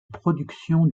production